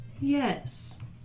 Yes